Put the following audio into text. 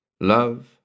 Love